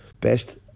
Best